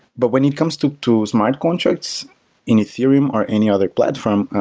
but when it comes to to smart contracts in ethereum or any other platform,